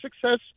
success